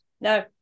No